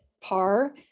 par